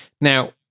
Now